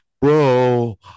Bro